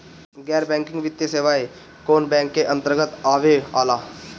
गैर बैंकिंग वित्तीय सेवाएं कोने बैंक के अन्तरगत आवेअला?